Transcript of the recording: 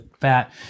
fat